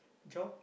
job